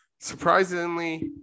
Surprisingly